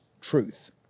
truth